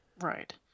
Right